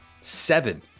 seven